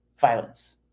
violence